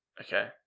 Okay